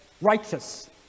righteous